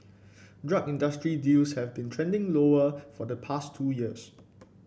drug industry deals have been trending lower for the past two years